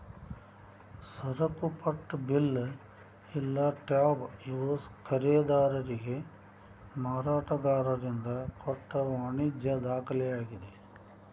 ಸರಕುಪಟ್ಟ bill ಇಲ್ಲಾ tab ಇವು ಖರೇದಿದಾರಿಗೆ ಮಾರಾಟಗಾರರಿಂದ ಕೊಟ್ಟ ವಾಣಿಜ್ಯ ದಾಖಲೆಯಾಗಿದೆ